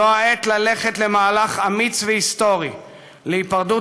זו העת ללכת למהלך אמיץ והיסטורי להיפרדות